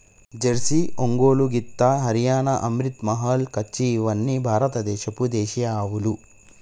Jersey, Ongole గిత్త, హరియాణా, అమ్రిత్ మహల్, కచ్చి ఇవ్వని భారత దేశపు దేశీయ ఆవులు